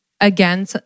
Again